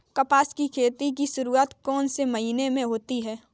कपास की खेती की शुरुआत कौन से महीने से होती है?